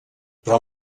però